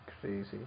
Crazy